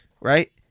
right